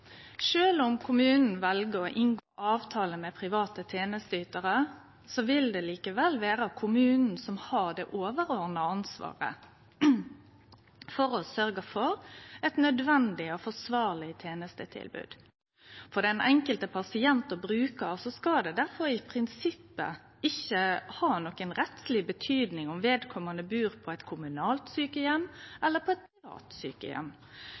Sjølv om kommunen vel å inngå avtale med private tenesteytarar, vil det likevel vere kommunen som har det overordna ansvaret for å sørgje for eit nødvendig og forsvarleg tenestetilbod. For den enkelte pasienten og brukaren skal det difor i prinsippet ikkje ha nokon rettsleg betyding om vedkomande bur på ein kommunal sjukeheim eller på ein privat